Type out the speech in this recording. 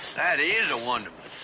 is a wonderment.